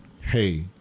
hey